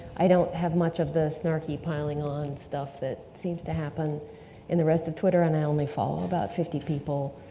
i don't have much of the snarky piling on stuff that seems to happen in the rest twitter and i only follow about fifty people,